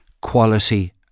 quality